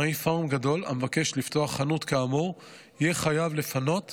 קמעונאי פארם גדול המבקש לפתוח חנות כאמור יהיה חייב לפנות